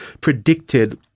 predicted